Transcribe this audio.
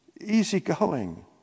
easygoing